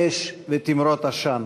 אש ותימרות עשן.